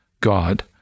God